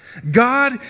God